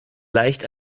leicht